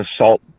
assault